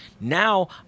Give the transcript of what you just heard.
now